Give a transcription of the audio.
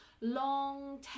long